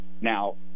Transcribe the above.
Now